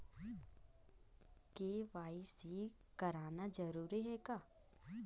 KYC कराना जरूरी है का?